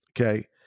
okay